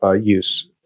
use